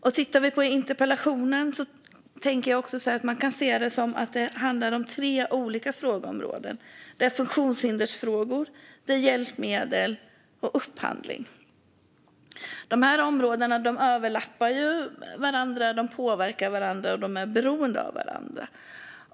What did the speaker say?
Min interpellation kan sägas handla om tre olika frågeområden: funktionshindersfrågor, hjälpmedel och upphandling. Dessa områden överlappar varandra, påverkar varandra och är beroende av varandra.